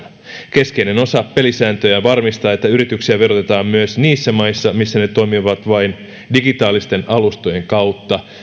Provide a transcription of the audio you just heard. keskeinen osa pelisääntöjä on varmistaa että yrityksiä verotetaan myös niissä maissa joissa ne toimivat vain digitaalisten alustojen kautta